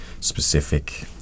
specific